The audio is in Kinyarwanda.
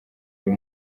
uyu